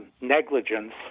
negligence